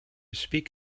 speak